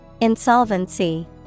Insolvency